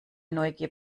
neugier